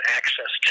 access